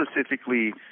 specifically